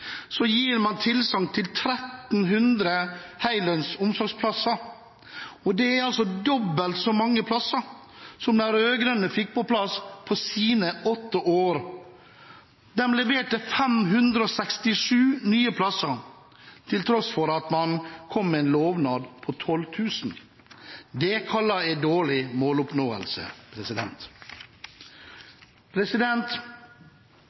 så mange plasser som de rød-grønne fikk på plass på sine åtte år. De leverte 567 nye plasser, til tross for at man kom med en lovnad på 12 000. Det kaller jeg dårlig måloppnåelse.